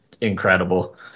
incredible